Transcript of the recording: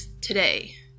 today